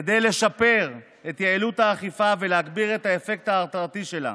כדי לשפר את יעילות האכיפה ולהגביר את האפקט ההרתעתי שלה.